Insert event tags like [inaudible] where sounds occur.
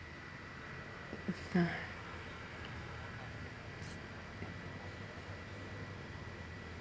[noise]